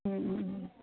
ও ও ও